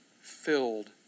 filled